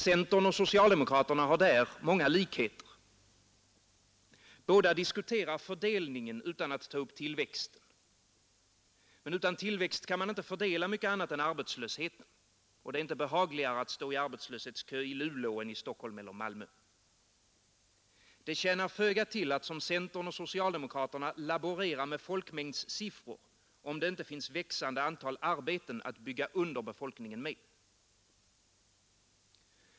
Centern och socialdemokraterna har där många likheter. Båda diskuterar fördelningen utan att ta upp tillväxten. Men utan tillväxt kan man inte fördela mycket annat än arbetslösheten. Och det är inte behagligare att stå i arbetslöshetskö i Luleå än i Stockholm eller Malmö. Det tjänar föga till att som centern och socialdemokraterna laborera med folkmängdssiffror, om det inte finns växande antal arbeten att bygga under befolkningen med.